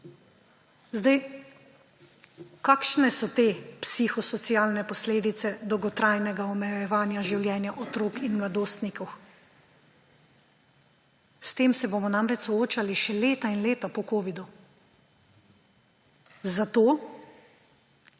Zdaj, kakšne so te psihosocialne posledice dolgotrajnega omejevanja življenja otrok in mladostnikov? S tem se bomo namreč soočali še leta in leta po covidu. Zato